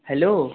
hello